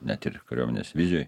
net ir kariuomenės vizijoj